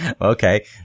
Okay